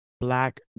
black